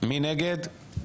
מי נגד?